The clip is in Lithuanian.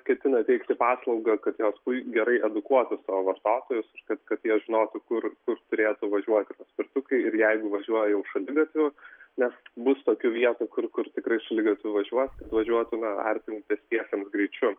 ketina teikti paslaugą kad jos gerai edukuotų savo vartotojus ir kad kad jie žinotų kur turėtų važiuoti paspirtukai ir jeigu važiuoji jau šaligatviu nes bus tokių vietų kur kur tikrai šaligatviu važiuot važiuotume artimui pestiesiems greičiu